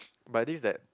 by this that